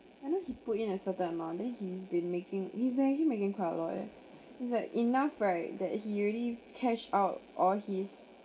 I know he put it a certain amount then he's been making he's apparently making quite a lot it's like enough right that he already cash out all his